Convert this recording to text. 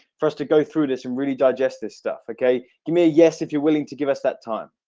for us to go through this and really digest this stuff. okay. give me a yes if you're willing to give us that time